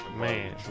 Man